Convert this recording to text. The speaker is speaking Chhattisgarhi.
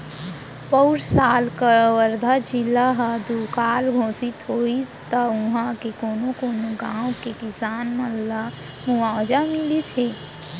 पउर साल कवर्धा जिला ह दुकाल घोसित होइस त उहॉं के कोनो कोनो गॉंव के किसान मन ल मुवावजा मिलिस हे